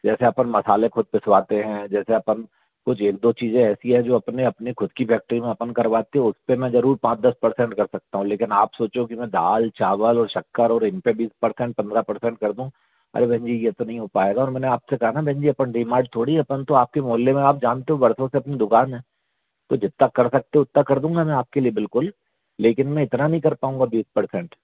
जैसे अपन मसाले खुद पिसवाते हैं जैसे अपन कुछ एक दो चीज़ें ऐसी है जो अपने अपने ख़ुद की फैक्ट्री में अपन करवाते है उसमे जरूर पाँच दस परसेंट कर सकता हूँ लेकिन आप सोचो कि मैं दाल चावल और शक्कर और इन पर बीस परसेंट पंद्रह परसेंट कर दूँ अरे बहन जी यह तो नहीं हो पाएगा मैंने आपसे कहा न बहन जी अपन डिमाट थोड़ी है अपन तो आपके मोहल्ले में आप जानते हो वर्षों से अपनी दुकान है तो जितना कर सकते उता कर दूंगा आपके लिए बिल्कुल लेकिन मैं इतना नहीं कर पाऊंगा बीस परसेंट